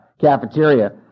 cafeteria